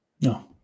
No